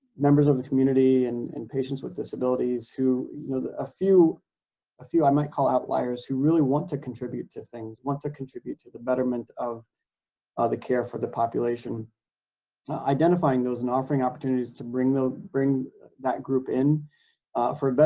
members of the community and and patients with disabilities who you know a ah few a few i might call outliers, who really want to contribute to things want to contribute to the betterment of ah the care for the population identifying those and offering opportunities to bring them bring that group in for a but